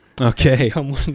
Okay